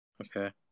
Okay